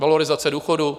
Valorizace důchodů.